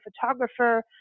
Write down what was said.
photographer